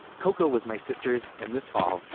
coco was my sisters. and this fall.